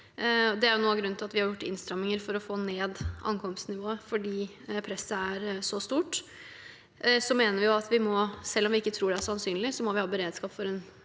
Det er noe av grunnen til at vi har gjort innstramminger for å få ned ankomstnivået, fordi presset er så stort. Vi mener at vi selv om vi ikke tror det er sannsynlig, må ha beredskap for en